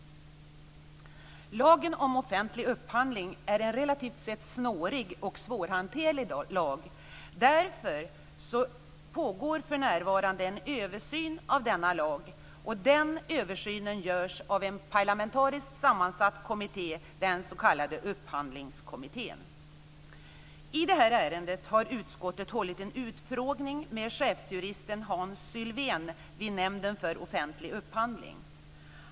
Lagen om offentlig upphandling är en relativt sett snårig och svårhanterlig lag. Därför pågår för närvarande en översyn av denna lag. Den översynen görs av en parlamentariskt sammansatt kommitté, den s.k. I det här ärendet har utskottet hållit en utfrågning med chefsjuristen Hans Sylvén vid Nämnden för offentlig upphandling.